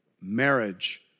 marriage